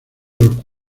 los